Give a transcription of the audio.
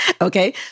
Okay